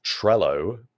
Trello